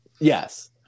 Yes